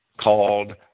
called